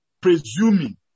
presuming